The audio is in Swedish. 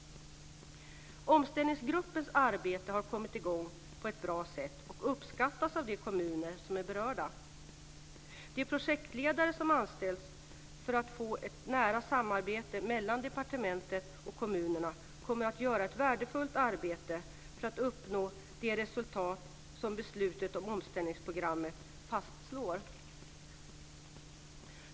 Omställningsgruppens arbete har kommit i gång på ett bra sätt och uppskattas av de kommuner som är berörda. De projektledare som anställs för att få ett nära samarbete med departementet och kommunerna kommer att göra ett värdefullt arbete för att uppnå de resultat som beslutet om omställningsprogrammet fastslår.